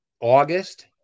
August